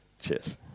Cheers